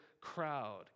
crowd